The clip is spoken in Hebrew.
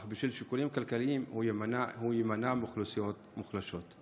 אך בשל שיקולים כלכליים הוא יימנע מאוכלוסיות מוחלשות.